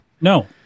No